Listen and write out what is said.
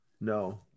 No